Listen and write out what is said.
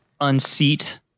unseat